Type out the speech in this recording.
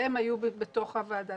והם היו בתוך הוועדה.